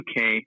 uk